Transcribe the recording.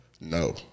No